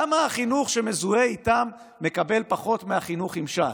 למה החינוך שמזוהה איתם מקבל פחות מהחינוך שמזוהה עם ש"ס?